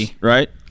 right